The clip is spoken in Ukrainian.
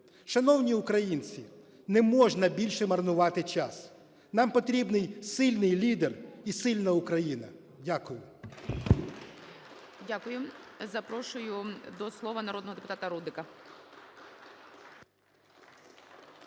Шановні українці, не можна більше марнувати час. Нам потрібний сильний лідер і сильна Україна. Дякую.